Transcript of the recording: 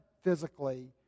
physically